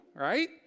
right